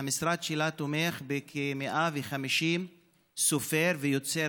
המשרד שלה תומך בכ-150 סופרים ויוצרים